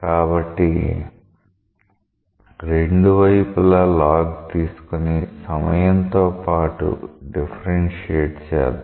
కాబట్టి రెండు వైపులా log తీసుకొని సమయంతో పాటు డిఫరెన్షియేట్ చేద్దాం